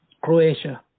Croatia